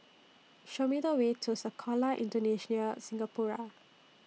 Show Me The Way to Sekolah Indonesia Singapura